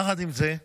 יחד עם זה,